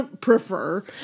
prefer